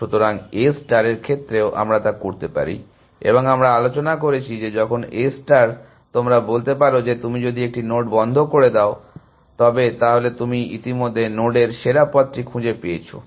কিন্তু A স্টারের ক্ষেত্রেও আমরা তা করতে পারি এবং আমরা আলোচনা করেছি যে যখন A ষ্টার তোমরা বলতে পারো যে তুমি যদি একটি নোড বন্ধ করে দাও তবে তাহলে তুমি ইতিমধ্যে নোডের সেরা পথটি খুঁজে পেয়েছো